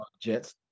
Jets